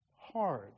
hard